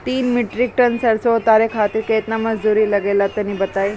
तीन metric ton सरसो उतारे खातिर केतना मजदूरी लगे ला तनि बताई?